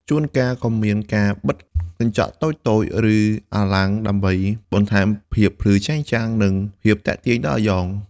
ជួនកាលក៏មានការបិទកញ្ចក់តូចៗឬអង្កាំដើម្បីបន្ថែមភាពភ្លឺចែងចាំងនិងភាពទាក់ទាញដល់អាយ៉ង។